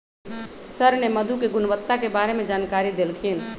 sir ने मधु के गुणवत्ता के बारे में जानकारी देल खिन